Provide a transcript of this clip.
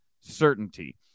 certainty